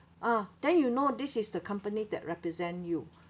ah then you know this is the company that represent you